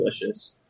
delicious